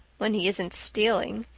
when he isn't stealing.